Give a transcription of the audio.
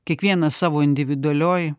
kiekvienas savo individualioj